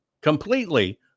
completely